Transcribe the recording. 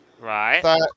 Right